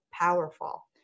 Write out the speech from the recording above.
powerful